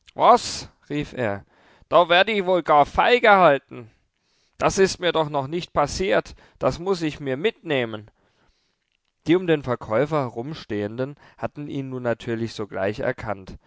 rief er da werd ich wohl gar feilgehalten das ist mir doch noch nicht passiert das muß ich mir mitnehmen die um den verkäufer herumstehenden hatten ihn nun natürlich sogleich erkannt